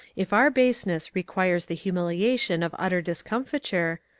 if our baseness requires the humiliation of utter discomfiture,